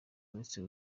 uretse